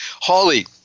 Holly